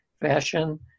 fashion